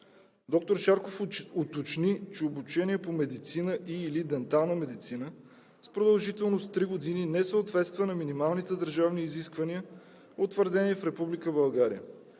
Доктор Шарков уточни, че обучение по „Медицина“ и/или „Дентална медицина“ с продължителност три години не съответства на минималните държавни изисквания, утвърдени в